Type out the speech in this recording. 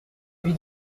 huit